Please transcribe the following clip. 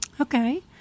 Okay